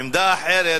עמדה אחרת.